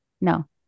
No